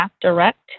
Direct